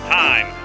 time